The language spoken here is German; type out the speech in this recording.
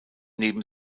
neben